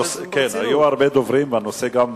כן, היו הרבה דוברים, והנושא גם חשוב.